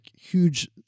huge